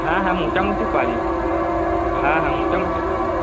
হ্যাঁ হ্যাঁ মোটামোটি পারি হ্যাঁ হ্যাঁ মোটামোটি পারি